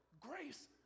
grace